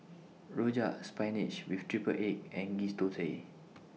Rojak Spinach with Triple Egg and Ghee Thosai